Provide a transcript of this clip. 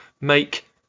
make